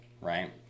right